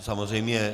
Samozřejmě.